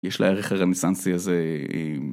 יש לערך הרנסאסי הזה.